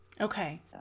Okay